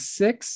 six